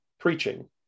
preaching